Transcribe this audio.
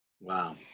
Wow